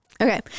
Okay